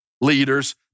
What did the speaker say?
leaders